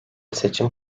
seçim